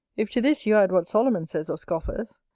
if to this you add what solomon says of scoffers,